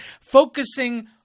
Focusing